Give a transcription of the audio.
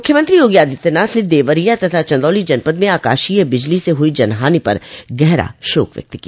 मुख्यमंत्री योगी आदित्यनाथ ने देवरिया तथा चन्दौली जनपद में आकाशीय बिजली से हुई जनहानि पर गहरा शोक व्यक्त किया